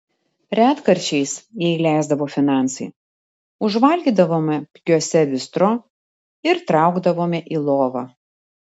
retkarčiais jei leisdavo finansai užvalgydavome pigiuose bistro ir traukdavome į lovą